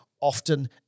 often